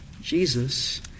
Jesus